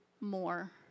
more